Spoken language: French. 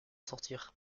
sortir